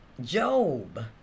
Job